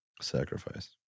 Sacrifice